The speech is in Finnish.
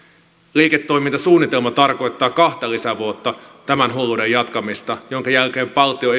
liiketoimintasuunnitelma tarkoittaa kahta lisävuotta tämän hulluuden jatkamista jonka jälkeen valtio